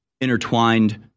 intertwined